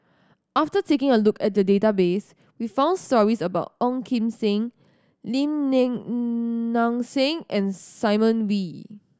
after taking a look at the database we found stories about Ong Kim Seng Lim Nang Seng and Simon Wee